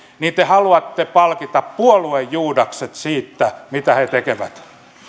niin te haluatte palkita puoluejuudakset siitä mitä he tekevät